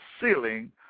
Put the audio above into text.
ceiling